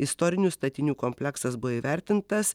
istorinių statinių kompleksas buvo įvertintas